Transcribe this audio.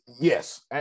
yes